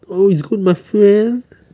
all is good my friend